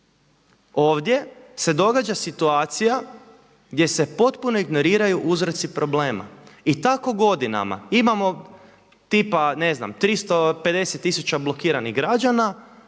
ovdje se događa situacija gdje se potpuno ignoriraju uzroci problema i tako godinama. Imamo tipa ne znam, 350tisuća blokiranih građana,